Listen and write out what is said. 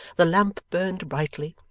the lamp burnt brightly,